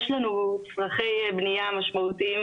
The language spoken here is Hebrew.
יש לנו צרכי בנייה משמעותיים,